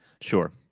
Sure